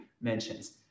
mentions